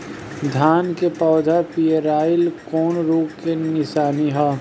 धान के पौधा पियराईल कौन रोग के निशानि ह?